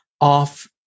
off